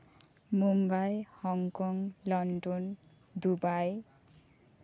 Mumbai Hong Kong London Dubai